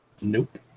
Nope